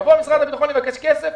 יבוא משרד הביטחון ויבקש כסף,